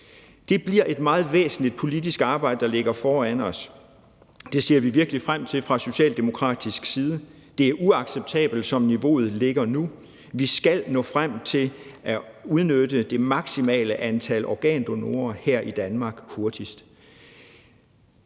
Det bliver et meget væsentligt politisk arbejde, der ligger foran os. Det ser vi virkelig frem til fra socialdemokratisk side. Det er uacceptabelt, som niveauet ligger nu. Vi skal nå frem til at udnytte det maksimale antal organdonorer her i Danmark hurtigst